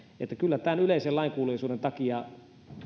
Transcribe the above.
vaan kyllä yleisen lainkuuliaisuuden takia